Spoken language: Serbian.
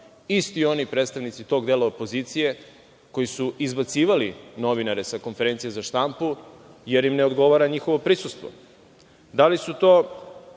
isti oni predstavnici tog dela opozicije koji su izbacivali novinare sa konferencije za štampu jer im ne odgovara njihovo prisustvo. Da li su to